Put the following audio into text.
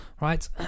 right